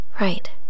Right